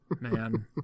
Man